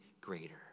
greater